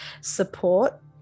support